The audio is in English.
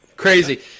crazy